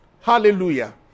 Hallelujah